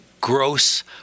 gross